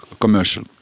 commercial